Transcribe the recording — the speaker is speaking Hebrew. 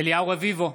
אליהו רביבו,